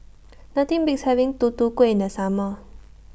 Nothing Beats having Tutu Kueh in The Summer